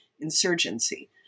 insurgency